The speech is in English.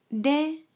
De